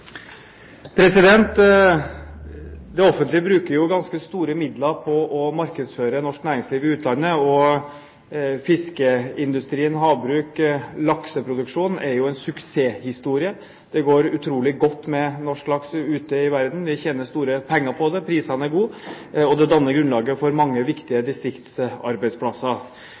Det offentlige bruker ganske store midler på å markedsføre norsk næringsliv i utlandet. Fiskeindustrien, havbruk og lakseproduksjon er jo en suksesshistorie. Det går utrolig godt med norsk laks ute i verden. Vi tjener store penger på det. Prisene er gode. Det danner grunnlaget for mange viktige distriktsarbeidsplasser.